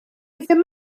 ddim